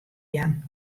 jaan